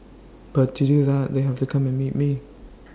but to do that they have to come and meet me